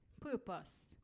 purpose